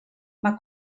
mae